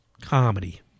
comedy